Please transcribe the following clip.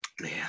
man